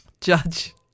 judge